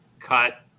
Cut